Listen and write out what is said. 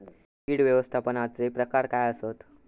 कीड व्यवस्थापनाचे प्रकार काय आसत?